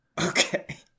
okay